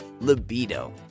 Libido